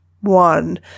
one